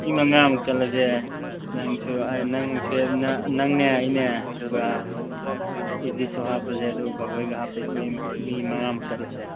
ꯃꯤ ꯃꯉꯥꯃꯨꯛ ꯆꯠꯂꯁꯦ ꯅꯪꯁꯨ ꯅꯪꯅꯦ ꯑꯩꯅꯦ ꯑꯗꯨꯒ ꯏꯂꯤꯁꯁꯨ ꯍꯥꯞꯄꯁꯦ ꯑꯗꯨꯒ ꯕꯣꯕꯣꯏꯒ ꯍꯥꯞꯄꯒ ꯑꯩꯈꯣꯏ ꯃꯤ ꯃꯉꯥꯃꯨꯛ ꯆꯠꯂꯁꯦ